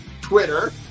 Twitter